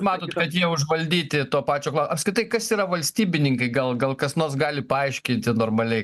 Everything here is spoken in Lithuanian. matot kad jie užvaldyti to pačio klau apskritai kas yra valstybininkai gal gal kas nors gali paaiškinti normaliai